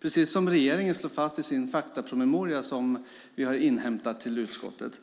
Precis som regeringen slår fast i den faktapromemoria som vi har inhämtat till utskottet